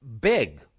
big